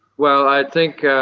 well, i think,